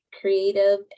creative